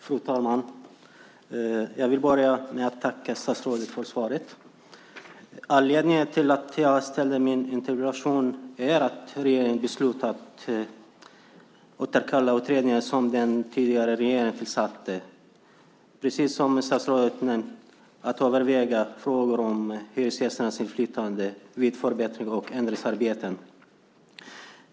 Fru talman! Jag vill börja med att tacka statsrådet för svaret. Anledningen till att jag ställt min interpellation är att regeringen, precis som statsrådet nämnde, beslutat att återkalla den utredning som den tidigare regeringen tillsatte för att överväga frågor om hyresgästernas inflytande vid förbättrings och ändringsarbeten.